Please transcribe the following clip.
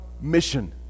mission